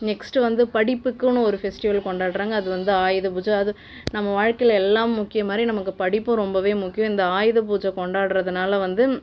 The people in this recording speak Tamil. நெக்ஸ்ட் வந்து படிப்புக்குன்னு ஒரு ஃபெஸ்ட்டிவல் கொண்டாடுறாங்க அது வந்து ஆயுத பூஜை அது நம்ம வாழ்க்கையில எல்லாம் முக்கியம் மாதிரி நமக்கு படிப்பும் ரொம்பவே முக்கியம் இந்த ஆயுத பூஜை கொண்டாடுறதனால வந்து